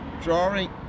drawing